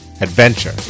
adventure